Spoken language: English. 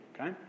Okay